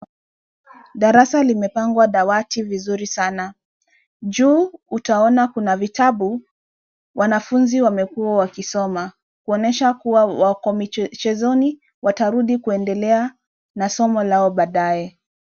Darasa limepangwa dawati vizuri sana, juu utaona kuna vitabu, wanafunzi wamekuwa wakisoma. Kuonyesha kuwa wako michezoni, watarudi kuendelea na somo lao baadaye.